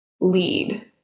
lead